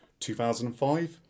2005